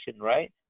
right